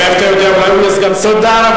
מאיפה אתה יודע, אולי הוא יהיה סגן שר הבריאות?